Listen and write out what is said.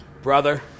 Brother